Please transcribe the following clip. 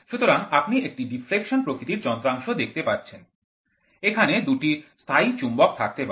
সুতরাং আপনি একটি ডিফ্লেকশন প্রকৃতির যন্ত্রাংশ দেখতে পাচ্ছেন এখানে দুটি স্থায়ী চুম্বক থাকতে পারে